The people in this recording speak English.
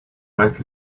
bank